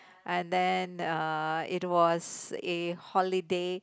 and then uh it was a holiday